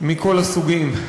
מכל הסוגים.